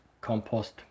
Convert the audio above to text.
compost